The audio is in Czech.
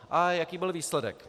A jaký byl výsledek?